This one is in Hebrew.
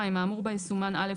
האמור בה יסומן (א),